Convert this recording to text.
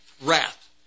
wrath